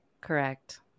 correct